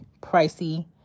pricey